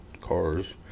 cars